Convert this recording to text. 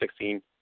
2016